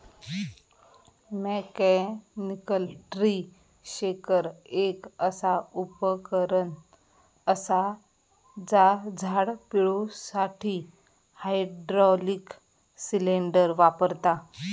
mechanical tree shaker एक असा उपकरण असा जा झाड पिळुसाठी हायड्रॉलिक सिलेंडर वापरता